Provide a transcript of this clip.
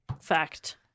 fact